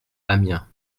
amiens